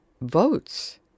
votes